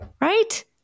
Right